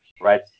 Right